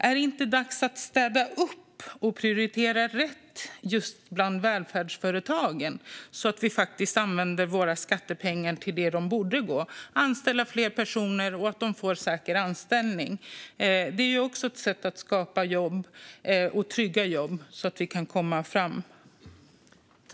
Är det inte dags att städa upp och prioritera rätt bland just välfärdsföretagen så att våra skattepengar går till det de ska gå till, som att anställa fler personer och ge dem säker anställning? Det är också ett sätt att skapa jobb, trygga jobb, så att vi kan komma framåt.